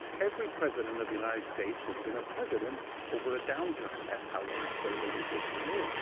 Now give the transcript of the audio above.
every president of the united states has been a president over a downturn. that's how unstable the system is.